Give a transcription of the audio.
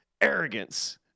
arrogance